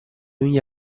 miglia